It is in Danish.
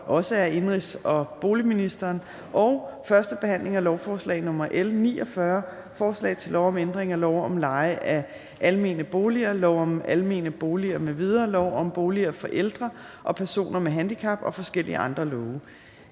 Bek). (Fremsættelse 13.10.2021). 10) 1. behandling af lovforslag nr. L 49: Forslag til lov om ændring af lov om leje af almene boliger, lov om almene boliger m.v., lov om boliger for ældre og personer med handicap og forskellige andre love.